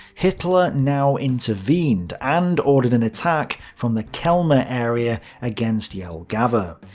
hitler now intervened, and ordered an attack from the kelme ah area against jelgava.